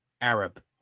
Arab